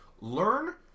Learn